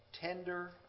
Tender